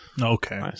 okay